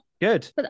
good